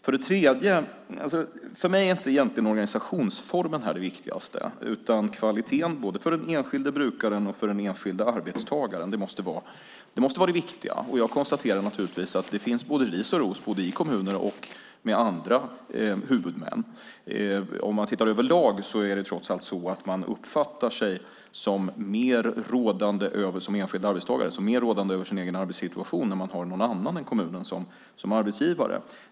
För mig är egentligen inte organisationsformen det viktigaste, utan kvaliteten, både för den enskilda brukaren och för den enskilda arbetstagaren. Det måste vara det viktiga. Jag konstaterar naturligtvis att det finns både ris och ros, både i kommunerna och med andra huvudmän. Tittar man överlag är det trots allt så att enskilda arbetstagare uppfattar sig som mer rådande över sin egen arbetssituation när de har någon annan än kommunen som arbetsgivare.